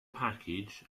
package